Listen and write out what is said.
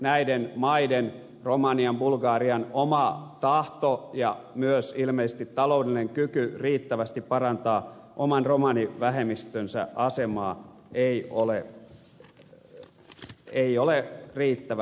näiden maiden romanian bulgarian oma tahto ja myös ilmeisesti taloudellinen kyky riittävästi parantaa oman romanivähemmistönsä asemaa ei ole riittävä